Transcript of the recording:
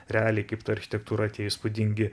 realiai kaip ta architektūra tie įspūdingi